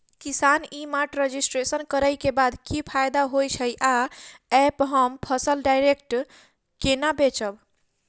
किसान e mart registration करै केँ बाद की फायदा होइ छै आ ऐप हम फसल डायरेक्ट केना बेचब?